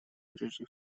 прежде